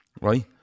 Right